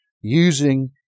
using